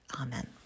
Amen